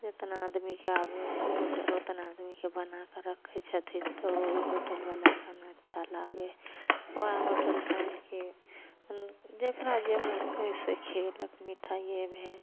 जतना आदमीके आबै हइ ऑडर ओतना आदमीके बनाकऽ रखै छथिन तऽ ओहि होटलवला खाना अच्छा लागै हइ वएह होटलसे आनिके अपन जकरा जे मोन भेल से खएलक मिठाइए भेल